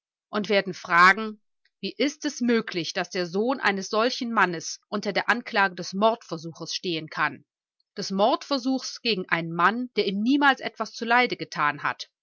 und werden fragen wie ist es möglich daß der sohn eines solchen mannes unter der anklage des mordversuches stehen kann des mordversuchs gegen einen mann der ihm niemals etwas zuleide getan hat